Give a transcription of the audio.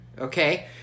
okay